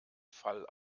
fall